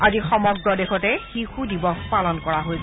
আজি সমগ্ৰ দেশতে শিশু দিৱস পালন কৰা হৈছে